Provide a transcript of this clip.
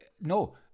No